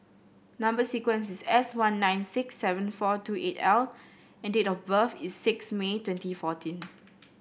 number sequence is S one nine six seven four two eight L and date of birth is six May twenty fourteen